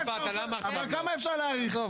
כמה אפשר להאריך?